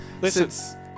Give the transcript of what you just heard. Listen